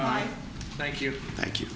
all right thank you thank you